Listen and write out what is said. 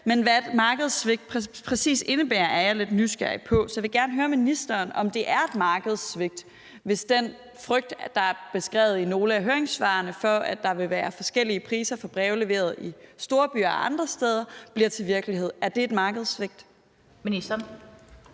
men hvad et markedssvigt præcis indebærer, er jeg lidt nysgerrig på. Så jeg vil gerne høre ministeren, om det er et markedssvigt, hvis den frygt, der er beskrevet i nogle af høringssvarene, for, at der vil være forskellige priser for breve leveret i storbyer og andre steder, bliver til virkelighed. Er det et markedssvigt? Kl.